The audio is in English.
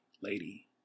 lady